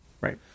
Right